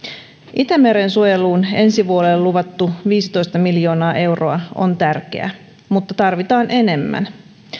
itämeren suojeluun ensi vuodelle luvattu viisitoista miljoonaa euroa on tärkeä mutta tarvitaan enemmän